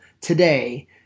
today